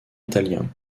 italien